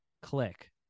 click